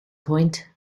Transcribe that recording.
point